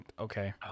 Okay